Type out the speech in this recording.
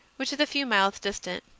which is a few miles distant.